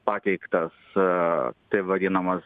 pateiktas taip vadinamas